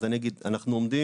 אנחנו עושים